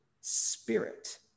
spirit